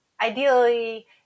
ideally